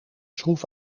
schroef